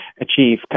achieve